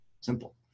Simple